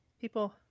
People